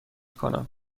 کنم